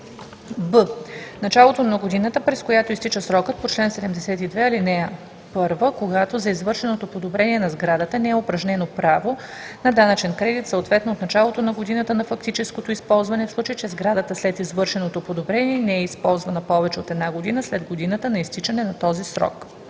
б) началото на годината, през която изтича срокът по чл. 72, ал. 1, когато за извършеното подобрение на сградата не е упражнено право на данъчен кредит, съответно от началото на годината на фактическото използване, в случай че сградата след извършеното подобрение не е използвана повече от една година след годината на изтичане на този срок.